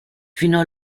fino